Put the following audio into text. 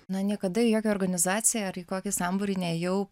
na niekada į jokią organizaciją ar į kokį sambūrį nėjau